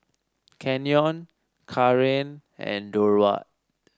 Canyon Kaaren and Durward